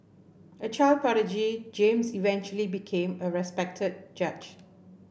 a child prodigy James eventually became a respected judge